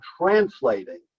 translating